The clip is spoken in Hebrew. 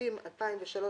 הכספים 2003 ו־2004),